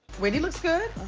really looks good.